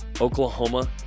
Oklahoma